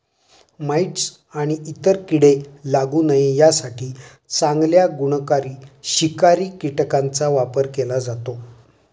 mites आणि इतर कीडे लागू नये यासाठी चांगल्या गुणकारी शिकारी कीटकांचा वापर केला जातो